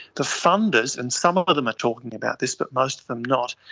the funders, and some of of them are talking about this but most of them not,